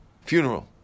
funeral